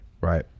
right